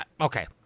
Okay